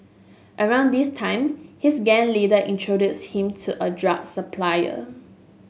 around this time his gang leader introduced him to a drug supplier